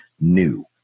new